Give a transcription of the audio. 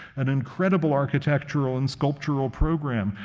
an incredible architectural and sculptural program,